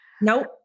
Nope